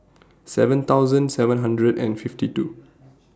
seven thousand seven hundred and fifty two